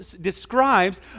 describes